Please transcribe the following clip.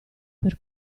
per